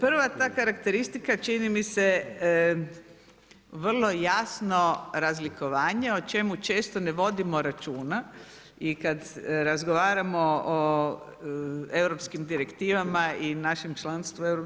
Prva ta karakteristika čini mi se vrlo jasno razlikovanje o čemu često ne vodimo računa i kad razgovaramo o europskim direktivama i našem članstvu u EU